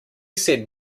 said